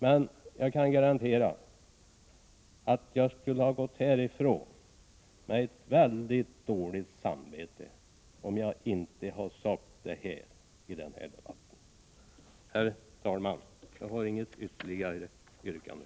Men jag måste säga att jag skulle ha gått härifrån med mycket dåligt samvete om jag inte hade fått säga detta i debatten här i dag. Herr talman! Jag har inget yrkande.